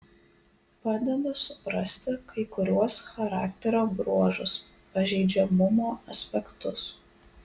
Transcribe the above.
padeda suprasti kai kuriuos charakterio bruožus pažeidžiamumo aspektus